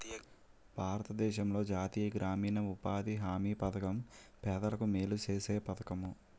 భారతదేశంలో జాతీయ గ్రామీణ ఉపాధి హామీ పధకం పేదలకు మేలు సేసే పధకము